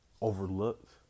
overlooked